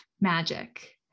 magic